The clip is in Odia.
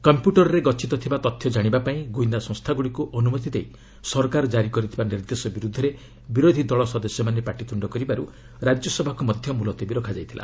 କମ୍ପ୍ୟୁଟରରେ ଗଛିତ ଥିବା ତଥ୍ୟ ଜାଣିବା ପାଇଁ ଗୁଇନ୍ଦା ସଂସ୍ଥାଗୁଡ଼ିକୁ ଅନୁମତି ଦେଇ ସରକାର ଜାରି କରିଥିବା ନିର୍ଦ୍ଦେଶ ବିରୁଦ୍ଧରେ ବିରୋଧୀ ଦଳ ସଦସ୍ୟମାନେ ପାଟିତ୍ରୁଣ୍ଡ କରିବାରୁ ରାଜ୍ୟସଭାକୁ ମଧ୍ୟ ମୁଲତବୀ ରଖାଯାଇଥିଲା